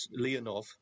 Leonov